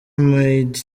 maid